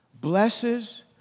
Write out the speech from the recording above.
blesses